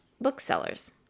booksellers